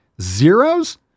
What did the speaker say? Zeros